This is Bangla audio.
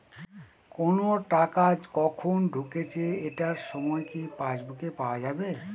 কোনো টাকা কখন ঢুকেছে এটার সময় কি পাসবুকে পাওয়া যাবে?